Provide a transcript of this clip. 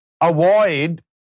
avoid